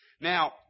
Now